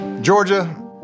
Georgia